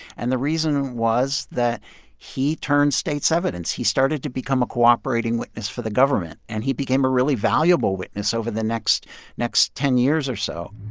and the reason was that he turned state's evidence. he started to become a cooperating witness for the government, and he became a really valuable witness over the next next ten years or so